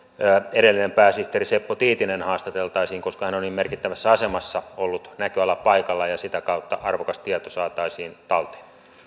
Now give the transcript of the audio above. edellinen pääsihteeri seppo tiitinen haastateltaisiin koska hän on niin merkittävässä asemassa ollut näköalapaikalla ja sitä kautta arvokas tieto saataisiin talteen